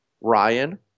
Ryan